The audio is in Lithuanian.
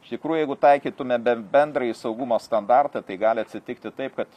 iš tikrųjų jeigu taikytume bent bendrąjį saugumo standartą tai gali atsitikti taip kad